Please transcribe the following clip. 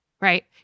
right